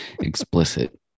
explicit